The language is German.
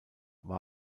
war